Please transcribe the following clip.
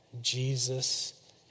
Jesus